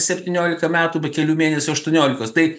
septyniolika metų be kelių mėnesių aštuoniolikos tai